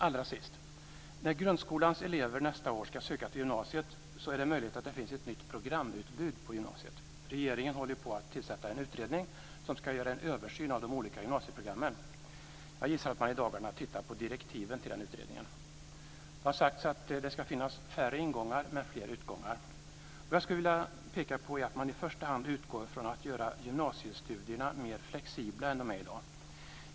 Allra sist vill jag säga följande: När grundskolans elever nästa år ska söka till gymnasiet är det möjligt att det finns ett nytt programutbud på gymnasiet. Regeringen håller på att tillsätta en utredning som ska göra en översyn av de olika gymnasieprogrammen. Jag gissar att man i dagarna tittar på direktiven till den utredningen. Det har sagts att det ska finnas färre ingångar men fler utgångar. Vad jag skulle vilja peka på är att man i första hand ska utgå från att göra gymnasiestudierna mer flexibla än de är i dag.